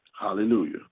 Hallelujah